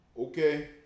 Okay